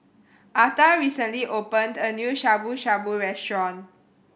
Arta recently opened a new Shabu Shabu Restaurant